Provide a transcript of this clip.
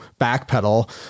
backpedal